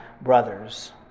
brothers